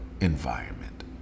environment